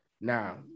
Now